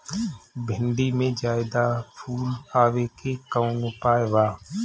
भिन्डी में ज्यादा फुल आवे के कौन उपाय बा?